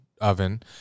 oven